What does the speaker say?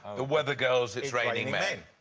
the weather girls, it's raining men.